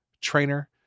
trainer